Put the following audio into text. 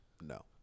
no